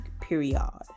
Period